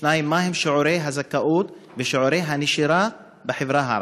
2. מהם שיעורי הזכאות ושיעורי הנשירה בחברה הערבית?